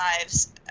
lives